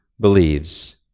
believes